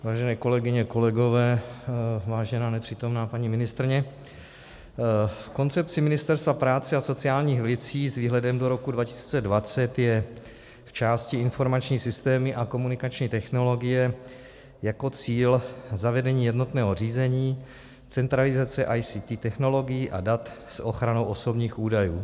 Vážené kolegyně, kolegové, vážená nepřítomná paní ministryně, v koncepci Ministerstva práce a sociálních věcí s výhledem do roku 2020 je v části Informační systémy a komunikační technologie jako cíl zavedení jednotného řízení centralizace ICT technologií a dat s ochranou osobních údajů.